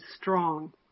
strong